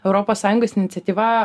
europos sąjungos iniciatyva